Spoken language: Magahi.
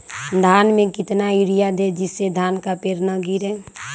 धान में कितना यूरिया दे जिससे धान का पेड़ ना गिरे?